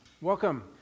Welcome